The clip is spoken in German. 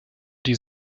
die